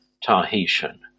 Tahitian